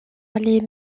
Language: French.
les